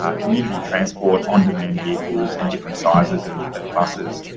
ah community transport on demand vehicles and different sizes of buses.